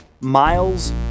Miles